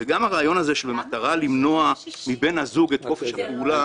וגם הרעיון הזה של המטרה למנוע מבן הזוג את חופש הפעולה